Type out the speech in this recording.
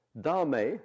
Dharma